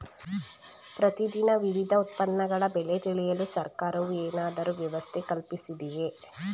ಪ್ರತಿ ದಿನ ವಿವಿಧ ಉತ್ಪನ್ನಗಳ ಬೆಲೆ ತಿಳಿಯಲು ಸರ್ಕಾರವು ಏನಾದರೂ ವ್ಯವಸ್ಥೆ ಕಲ್ಪಿಸಿದೆಯೇ?